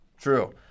True